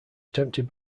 attempted